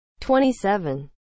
27